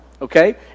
Okay